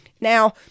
Now